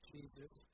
Jesus